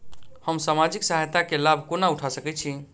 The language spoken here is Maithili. हम सामाजिक सहायता केँ लाभ कोना उठा सकै छी?